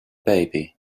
baby